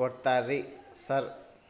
ಕೊಡ್ತೇರಿ ಸರ್?